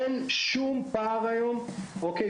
אין שום פער